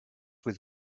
with